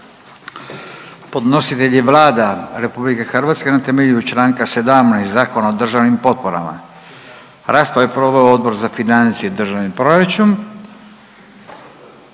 Podnositelj je Vlada RH na temelju Članka 17. Zakona o državnim potporama. Raspravu je proveo Odbor za financije i državni proračun